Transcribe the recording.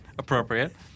Appropriate